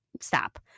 stop